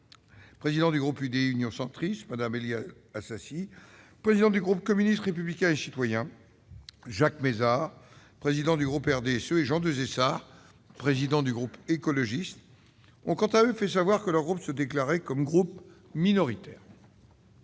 président du groupe UDI-UC, Mme Éliane Assassi, présidente du groupe communiste républicain et citoyen, M. Jacques Mézard, président du groupe du RDSE, et M. Jean Desessard, président du groupe écologiste, ont quant à eux fait savoir que leurs groupes se déclarent comme groupes minoritaires.